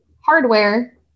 hardware